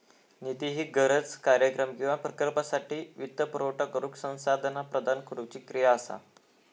निधी ही गरज, कार्यक्रम किंवा प्रकल्पासाठी वित्तपुरवठा करुक संसाधना प्रदान करुची क्रिया असा